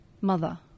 mother